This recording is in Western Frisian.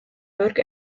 wurk